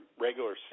regular